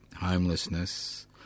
homelessness